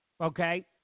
Okay